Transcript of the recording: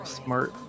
smart